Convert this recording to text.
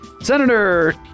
Senator